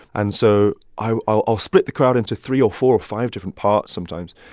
and so i'll i'll ah split the crowd into three or four or five different parts sometimes,